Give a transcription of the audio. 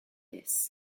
this